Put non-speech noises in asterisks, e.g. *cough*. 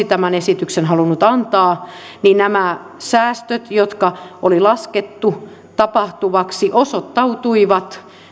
*unintelligible* tämän esityksen halunnut antaa niin nämä säästöt jotka oli laskettu tapahtuvaksi osoittautuivat